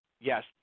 Yes